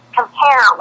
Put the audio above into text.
compare